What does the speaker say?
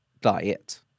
diet